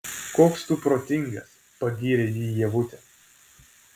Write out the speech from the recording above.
koks tu protingas pagyrė jį ievutė